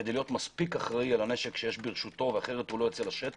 כדי להיות מספיק אחראי על הנשק שיש ברשותו אחרת הוא לא יוצא לשטח.